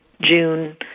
June